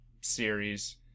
series